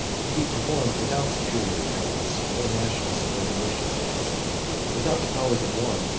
can be performed without superior talents, or national subordination without the powers of one,